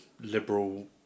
liberal